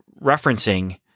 referencing